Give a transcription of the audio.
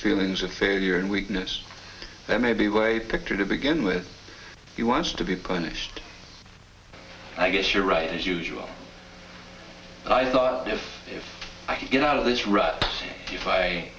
feelings of failure and weakness and maybe way picture to begin with he wants to be punished i guess you're right as usual i thought i could get out of this